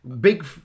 big